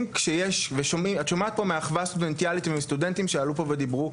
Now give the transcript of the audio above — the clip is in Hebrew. את שומעת פה מאחוות הסטודנטים ומסטודנטים שדיברו,